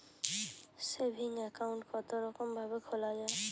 Saving account কতরকম ভাবে খোলা য়ায়?